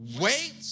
wait